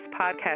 podcast